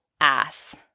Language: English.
ass